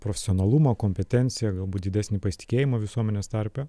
profesionalumą kompetenciją galbūt didesnį pasitikėjimą visuomenės tarpe